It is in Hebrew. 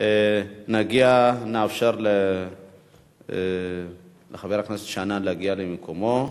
נאפשר לחבר הכנסת שנאן להגיע למקומו.